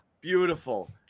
beautiful